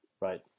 Right